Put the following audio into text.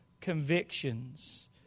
convictions